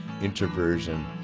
introversion